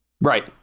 right